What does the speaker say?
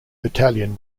battalion